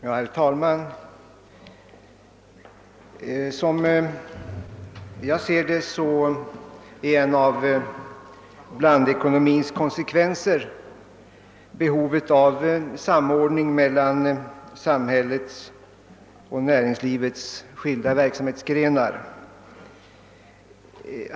Herr talman! En av blandekonomins konsekvenser är behovet av en samordning mellan samhällets och näringslivets verksamhetsgrenar.